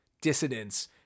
dissidents